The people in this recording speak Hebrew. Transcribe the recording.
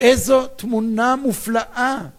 איזו תמונה מופלאה!